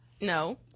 No